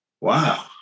Wow